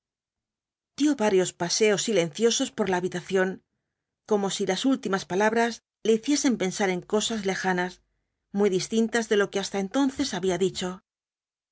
dio varios paseos silenciosos por la habitación como si las últimas palabras le hiciesen pensar en cosas lejanas muy distintas de lo que hasta entonces había dicho